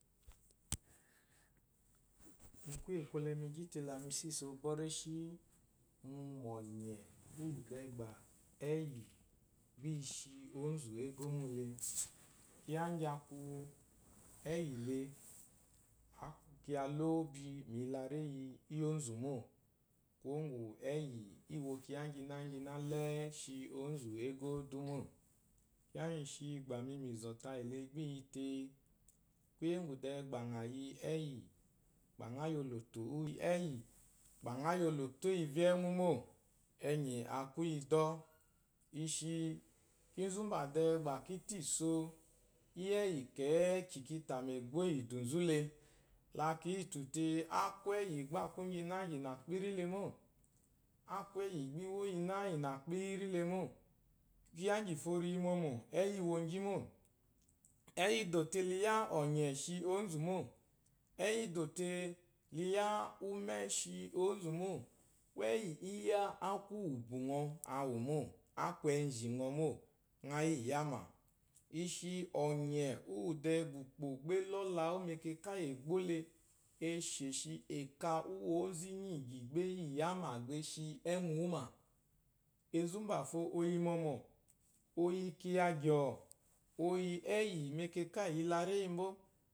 Kwúyè kwɔlɛ mi gyí te la mi só isso mgbɛ́ réshí ɔ̀nyɛ̀ úwù dɛɛ gbà éyì i shi ónzù égómó le. Kyiya íŋgyì a kwu ɛ́yì le â kwu kyiya lóóbi mu ìyelaréyi íyì ónzù mô, kwuwó ŋgwù ɛ́yì î wo kyiya íŋgyináŋginá shi ónzù égó dú mô. Kyiya ŋgyì i shi mi gbà mì yi mu ìzɔ̀ tayì le gbá i yi tee, kwúyè úŋgwù dɛɛ gbà ŋɔ yi ɛ́yì gbà ŋá yi olòto î ɛ́yì gbà ŋa yi olòtò úwù ivyé íyì ɛ́wù mô, ɛnyì a kwu íyidɔ́ɔ́. I shi kínzú mbà dɛɛ gbà kí tó ìsso íyì ɛ́yí kɛ̌kyì ki tà mu égbó íyì ìdù nzú le, la ki yítù tee, á kwu ɛ́yì gbá a kwu íŋgyináŋgyìnà kpírí le mô, á kwu ɛ́yì gbá í wo íyináyìnà kpírí le mô. Kyiya íŋgyìfo ri yi mɔmɔ̀ ɛ́yì íi wo ŋgyi mô. Ɛ́yì ì dò te i yá ɔ̀nyɛ́ shi ónzù mô, ɛ́yì ì dò te i yá úmɛ́ shi ónzù mô. Gbá ɛ́yì í yá á kwu úwù ùbwù awù mô, á kwu ɛnzhì ŋɔ mô. Ɛ̀ɛnzhìyama i shi ɔ̀nyɛ̀ úwù dɛɛ gbà ùkpò gbá é lɔ la wú mɛkɛkà íyì ègbó le, e shòshi è ka úwù onzu ínyí ìgyì é yíyámà e shi ɛ́ŋwú wú mà. Enzu úmbàfo o yi mɔmɔ̀, o yi kyiya gyòò, o yi ɛ́yì mɛkɛkà íyì ìyelaréyi mbó